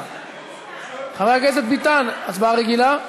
חבר הכנסת ביטן, הצבעה רגילה?